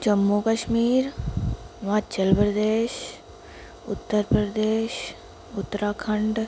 Jammu Kashmir Himachal Pradesh Uttar Pradesh Uttarakhand